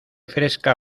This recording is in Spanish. fresca